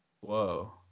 whoa